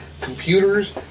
computers